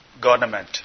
government